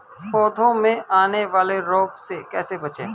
पौधों में आने वाले रोग से कैसे बचें?